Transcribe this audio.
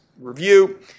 review